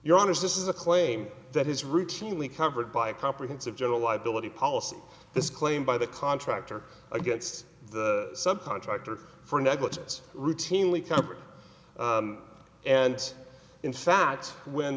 honour's this is a claim that is routinely covered by a comprehensive general liability policy this claim by the contractor against the sub contractor for negligence routinely covered and in fact when